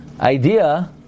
idea